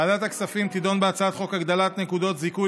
ועדת הכספים תדון בהצעת חוק הגדלת נקודות זיכוי